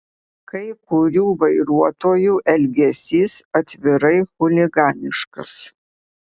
kai kurių vairuotojų elgesys atvirai chuliganiškas